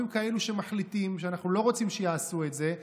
כאלה שמחליטים שאנחנו לא רוצים שיעשו את זה,